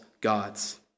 gods